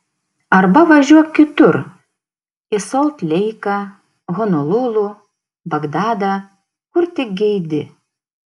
arba važiuok kitur į solt leiką honolulu bagdadą kur tik geidi